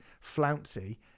flouncy